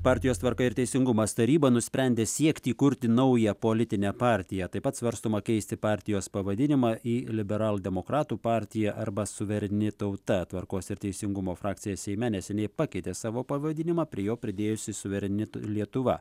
partijos tvarka ir teisingumas taryba nusprendė siekti įkurti naują politinę partiją taip pat svarstoma keisti partijos pavadinimą į liberaldemokratų partija arba suvereni tauta tvarkos ir teisingumo frakcija seime neseniai pakeitė savo pavadinimą prie jo pridėjusi suvereni lietuva